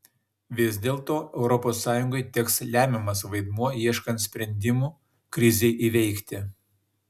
vis dėlto europos sąjungai teks lemiamas vaidmuo ieškant sprendimų krizei įveikti